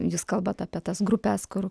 jus kalbat apie tas grupes kur